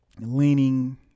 leaning